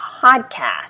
podcast